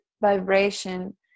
vibration